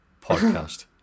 podcast